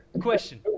Question